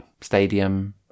stadium